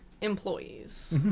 employees